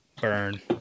Burn